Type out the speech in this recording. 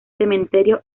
cementerio